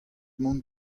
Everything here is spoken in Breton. mont